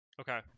Okay